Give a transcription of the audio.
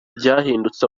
byahindutse